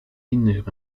innych